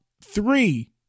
three